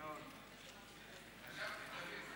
נכון מאוד.